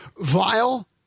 vile